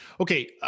Okay